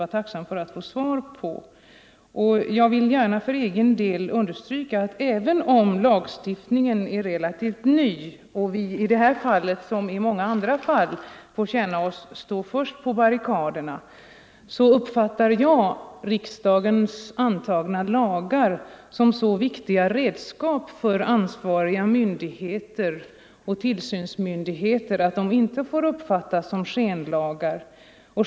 Även om lagstiftningen på arbetsmiljöns område är relativt ny och även om vi i Sverige i detta fall som i många andra står främst på barrikaderna är de av riksdagen stiftade lagarna — detta vill jag gärna understryka — så viktiga redskap för ansvariga myndigheter och tillsynsmyndigheter att de inte får uppfattas som skenlagar.